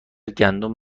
گندم